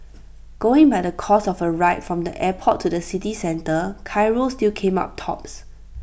going by the cost of A ride from the airport to the city centre Cairo still came up tops